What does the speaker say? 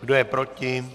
Kdo je proti?